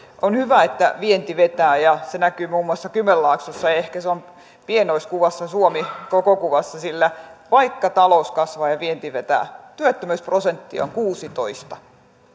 on hyvä että vienti vetää ja se näkyy muun muassa kymenlaaksossa ja ehkä se on koko suomi pienoiskoossa sillä vaikka talous kasvaa ja vienti vetää työttömyysprosentti on kuusitoista